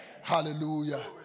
Hallelujah